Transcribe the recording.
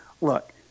look